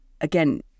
again